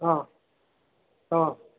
ಹಾಂ ಹಾಂ